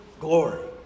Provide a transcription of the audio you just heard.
glory